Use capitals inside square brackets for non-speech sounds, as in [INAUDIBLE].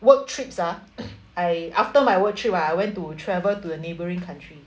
work trips ah [NOISE] I after my work trip ah I went to travel to a neighbouring country